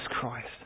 Christ